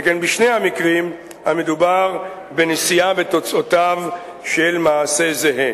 שכן בשני המקרים מדובר בנשיאה בתוצאותיו של מעשה זהה.